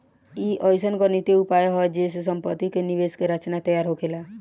ई अइसन गणितीय उपाय हा जे से सम्पति के निवेश के रचना तैयार होखेला